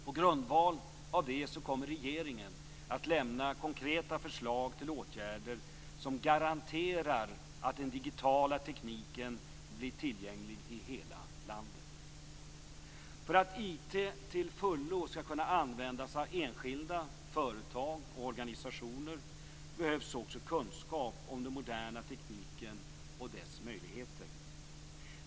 På grundval av det kommer regeringen att lämna konkreta förslag till åtgärder som garanterar att den digitala tekniken blir tillgänglig i hela landet. För att IT till fullo skall kunna användas av enskilda, företag och organisationer behövs också kunskap om den moderna tekniken och dess möjligheter.